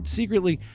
secretly